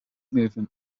movement